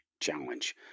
Challenge